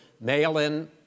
mail-in